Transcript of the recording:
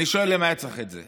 אני שואל: למה היה צריך את זה?